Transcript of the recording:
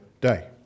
day